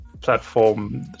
platform